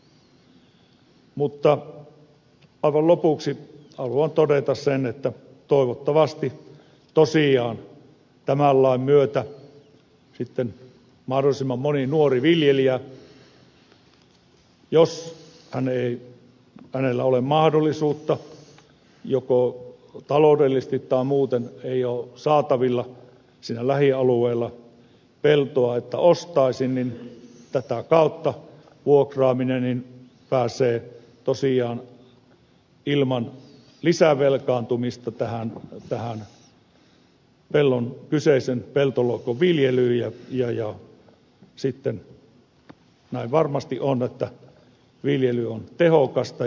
mutta aivan lopuksi haluan todeta sen että toivottavasti tosiaan tämän lain myötä sitten mahdollisimman moni nuori viljelijä jos hänellä ei ole mahdollisuutta taloudellisesti tai muuten ei ole saatavilla siinä lähialueella peltoa jota ostaa tätä kautta vuokraamalla pääsee tosiaan ilman lisävelkaantumista tähän kyseisen peltolohkon viljelyyn ja sitten näin varmasti on että viljely on tehokasta